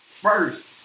first